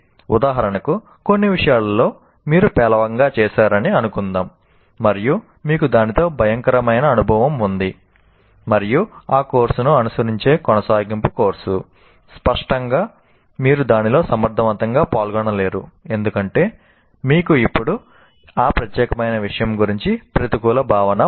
ఉదాహరణకు కొన్ని విషయాలలో మీరు పేలవంగా చేశారని అనుకుందాం మరియు మీకు దానితో భయంకరమైన అనుభవం ఉంది మరియు ఆ కోర్సును అనుసరించే కొనసాగింపు కోర్సు స్పష్టంగా మీరు దానిలో సమర్థవంతంగా పాల్గొనలేరు ఎందుకంటే మీకు ఇప్పుడు ఆ ప్రత్యేక విషయం గురించి ప్రతికూల భావన ఉంది